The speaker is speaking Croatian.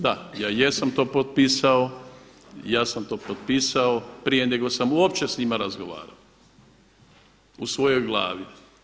Da, ja jesam to potpisao i ja sam to potpisao prije nego sam uopće sa njima razgovarao u svojoj glavi.